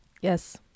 Yes